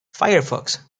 firefox